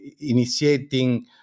initiating